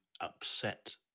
upset